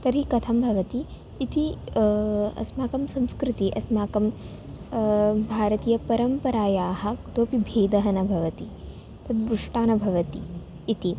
तर्हि कथं भवति इति अस्माकं संस्कृतिः अस्माकं भारतीयपरम्परायाः इतोऽपि भेदः न भवति तद्दृष्टा न भवति इति